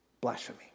blasphemy